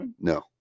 no